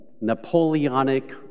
Napoleonic